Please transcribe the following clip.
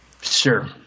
sure